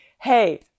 hey